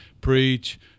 preach